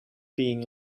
being